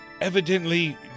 evidently